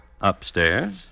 Upstairs